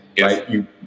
right